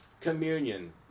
communion